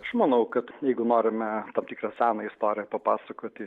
aš manau kad jeigu norime tam tikrą seną istoriją papasakoti